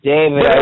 David